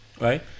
Right